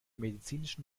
medizinischen